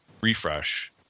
refresh